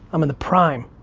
i'm in the prime.